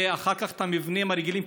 ואחר כך המבנים הרגילים,